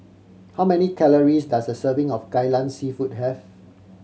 how many calories does a serving of Kai Lan Seafood have